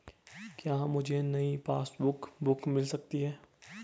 क्या मुझे नयी पासबुक बुक मिल सकती है?